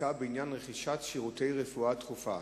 עסקה בעניין רכישת שירותי רפואה דחופה).